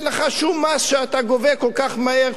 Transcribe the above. אין לך שום מס שאתה גובה כל כך מהר,